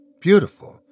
beautiful